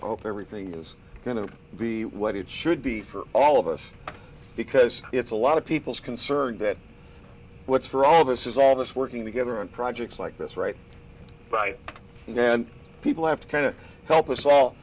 hope everything is going to be what it should be for all of us because it's a lot of people's concern that what's for all this is all of us working together on projects like this right now and people have to kind of help us all